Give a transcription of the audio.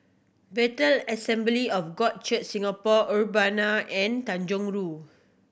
Bethel Assembly of God Church Singapore Urbana and Tanjong Rhu